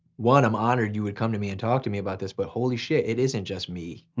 one i'm honored you would come to me and talk to me about this, but holy shit it isn't just me.